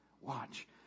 Watch